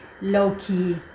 low-key